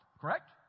correct